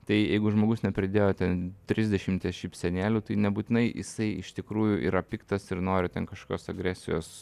tai jeigu žmogus nepridėjo ten trisdešimties šypsenėlių tai nebūtinai jisai iš tikrųjų yra piktas ir nori ten kažkios agresijos